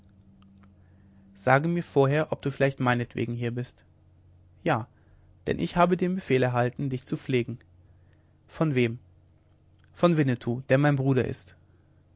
sage mir vorher ob du vielleicht meinetwegen hier bist ja denn ich habe den befehl erhalten dich zu pflegen von wem von winnetou der mein bruder ist